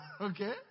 okay